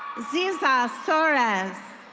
ziza suraz.